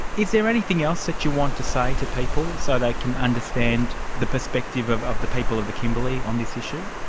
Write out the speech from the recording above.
is there anything else that you want to say to people so they can understand the perspective of of the people of the kimberley on this issue?